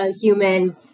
human